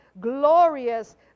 glorious